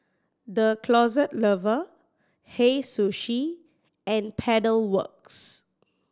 The Closet Lover Hei Sushi and Pedal Works